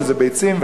שזה ביצים,